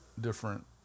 different